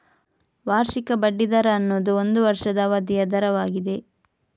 ವಾರ್ಷಿಕ ಬಡ್ಡಿ ದರ ಅನ್ನುದು ಒಂದು ವರ್ಷದ ಅವಧಿಯ ದರವಾಗಿದೆ